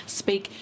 speak